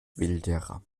wilderer